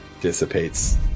dissipates